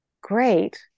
Great